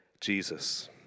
Jesus